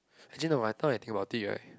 actually no when I thought I think about it right